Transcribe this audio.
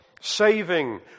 Saving